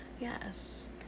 Yes